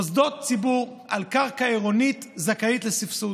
מוסדות ציבור על קרקע עירונית זכאים לסבסוד.